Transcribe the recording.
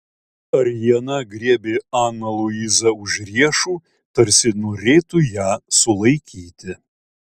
ariana griebė aną luizą už riešų tarsi norėtų ją sulaikyti